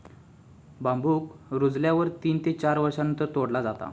बांबुक रुजल्यावर तीन ते चार वर्षांनंतर तोडला जाता